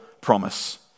promise